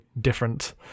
different